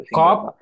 cop